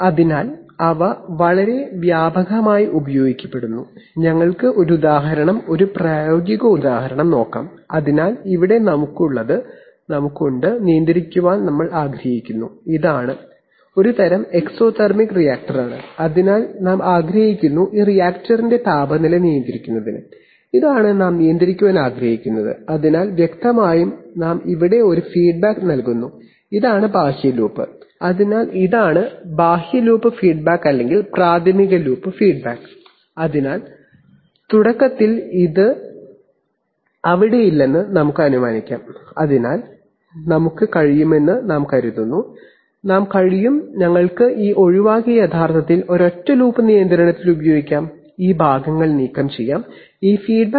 അതിനാൽ അവ വളരെ വ്യാപകമായി ഉപയോഗിക്കപ്പെടുന്നു ഒരു പ്രായോഗിക ഉദാഹരണം നോക്കാം അതിനാൽ ഒരു തരം എക്സോതെർമിക് റിയാക്ടറിന്റെ താപനില നിയന്ത്രിക്കുന്നതിന് ഞങ്ങൾ ആഗ്രഹിക്കുന്നത് അതിനാൽ വ്യക്തമായും ഞങ്ങൾ ഇവിടെ ഒരു ഫീഡ്ബാക്ക് നൽകുന്നു ഇതാണ് ബാഹ്യ ലൂപ്പ് അതിനാൽ ഇതാണ് ഇതാണ് ബാഹ്യ ലൂപ്പ് ഫീഡ്ബാക്ക് അല്ലെങ്കിൽ പ്രാഥമിക ലൂപ്പ് ഫീഡ്ബാക്ക്